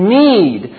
need